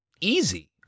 easy